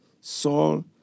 Saul